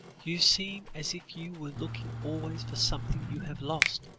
you seem as if you were looking always for something you have lost,